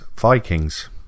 Vikings